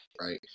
right